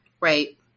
Right